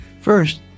First